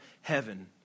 heaven